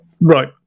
right